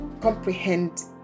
comprehend